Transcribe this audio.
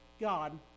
God